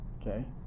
Okay